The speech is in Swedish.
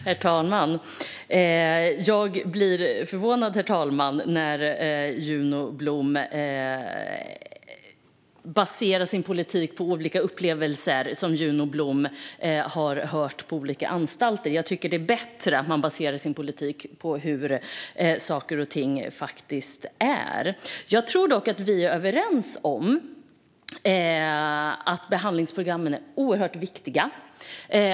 Herr talman! Jag blir förvånad när Juno Blom baserar sin politik på olika upplevelser som Juno Blom har hört på olika anstalter. Jag tycker att det är bättre att basera sin politik på hur saker och ting faktiskt är. Jag tror dock att vi är överens om att behandlingsprogrammen är oerhört viktiga.